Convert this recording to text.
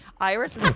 Iris